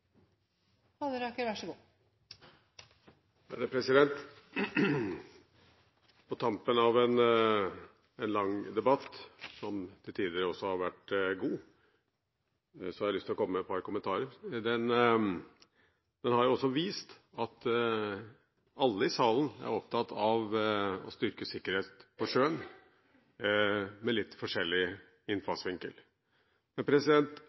sikkerheit, og så er det dette med promille og fart. Spørsmålet er: Kor ofte får ein høgresida med på diskusjonen om promillegrense … På tampen av en lang debatt, som til tider også har vært god, har jeg lyst til å komme med et par kommentarer. Den har jo vist at alle i salen er opptatt av å styrke sikkerhet på sjøen, med